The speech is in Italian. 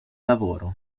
lavoro